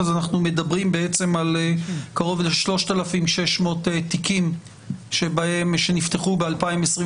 כך שמדובר בעצם על קרוב ל-3,600 תיקים שנפתחו בשנת